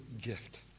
gift